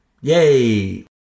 Yay